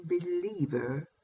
believer